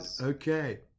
okay